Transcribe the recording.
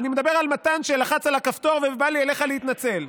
אני מדבר על מתן שלחץ על הכפתור ובא אליך להתנצל.